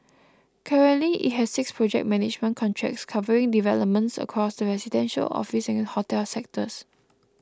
currently it has six project management contracts covering developments across the residential office and hotel sectors